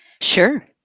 Sure